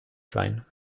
sein